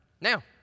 Now